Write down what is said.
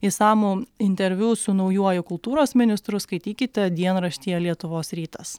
išsamų interviu su naujuoju kultūros ministru skaitykite dienraštyje lietuvos rytas